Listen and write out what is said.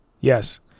Yes